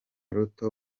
ruto